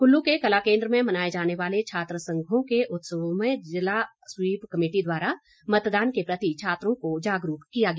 कुल्लू के कला केन्द्र में मनाए जाने वाले छात्र संघों के उत्सवों में जिला स्वीप कमेटी द्वारा मतदान के प्रति छात्रों को जागरूक किया गया